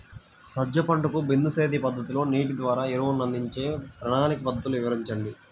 సజ్జ పంటకు బిందు సేద్య పద్ధతిలో నీటి ద్వారా ఎరువులను అందించే ప్రణాళిక పద్ధతులు వివరించండి?